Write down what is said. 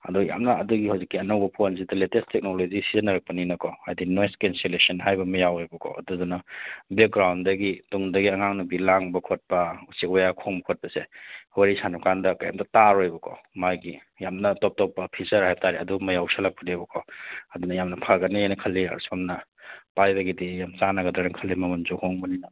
ꯑꯗꯣ ꯌꯥꯝꯅ ꯑꯗꯨꯒꯤ ꯍꯧꯖꯤꯛꯀꯤ ꯑꯅꯧꯕ ꯐꯣꯟꯖꯤꯗ ꯂꯦꯇꯦꯁ ꯇꯦꯛꯅꯣꯂꯣꯖꯤ ꯁꯤꯖꯤꯟꯅꯔꯛꯄꯅꯤꯅꯀꯣ ꯍꯥꯏꯗꯤ ꯅꯣꯏꯁ ꯀꯦꯟꯁꯦꯂꯦꯁꯟ ꯍꯥꯏꯕ ꯑꯃ ꯌꯥꯎꯋꯦꯕꯀꯣ ꯑꯗꯨꯗꯨꯅ ꯕꯦꯛꯒ꯭ꯔꯥꯎꯟꯗꯒꯤ ꯇꯨꯡꯗꯒꯤ ꯑꯉꯥꯡ ꯅꯨꯕꯤ ꯂꯥꯡꯕ ꯈꯣꯠꯄ ꯎꯆꯦꯛ ꯋꯥꯌꯥ ꯈꯣꯡꯕ ꯈꯣꯠꯄꯁꯦ ꯋꯥꯔꯤ ꯁꯥꯟꯅꯕ ꯀꯥꯟꯗ ꯀꯔꯤꯝꯇꯥ ꯇꯥꯔꯣꯏꯌꯦꯕꯀꯣ ꯃꯥꯒꯤ ꯌꯥꯝꯅ ꯇꯣꯞ ꯇꯣꯞꯄ ꯐꯤꯆꯔ ꯍꯥꯏ ꯇꯥꯔꯦ ꯑꯗꯨꯒꯨꯝꯕ ꯌꯥꯎꯁꯜꯂꯛꯄꯅꯦꯕꯀꯣ ꯑꯗꯨꯅ ꯌꯥꯝꯅ ꯐꯒꯅꯦꯅ ꯈꯜꯂꯤ ꯁꯣꯝꯅ ꯄꯥꯏꯔꯒꯗꯤ ꯌꯥꯝ ꯆꯥꯟꯅꯒꯗ꯭ꯔꯥꯅ ꯈꯜꯂꯤ ꯃꯃꯜꯁꯨ ꯍꯣꯡꯕꯅꯤꯅ